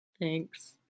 Thanks